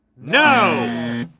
no!